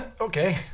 Okay